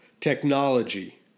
technology